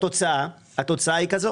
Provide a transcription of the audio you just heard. התוצאה היא כזאת